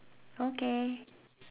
okay